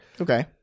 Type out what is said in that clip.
Okay